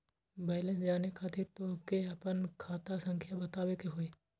Balance जाने खातिर तोह के आपन खाता संख्या बतावे के होइ?